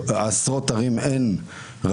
בעשרות ערים בארץ אין רבנים,